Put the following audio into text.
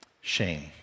Shame